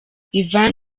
yvan